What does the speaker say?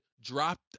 dropped